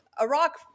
Iraq